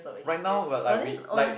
right now what like we like